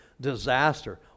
disaster